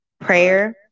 prayer